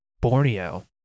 Borneo